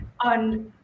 on